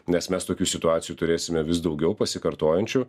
nes mes tokių situacijų turėsime vis daugiau pasikartojančių